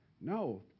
No